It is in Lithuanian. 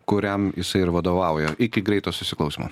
kuriam jisai ir vadovauja iki greito susiklausymo